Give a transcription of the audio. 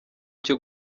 cyo